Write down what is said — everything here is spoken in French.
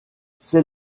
c’est